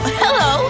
hello